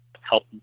Help